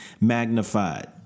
magnified